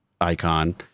icon